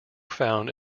found